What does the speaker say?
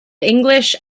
english